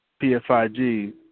PFIG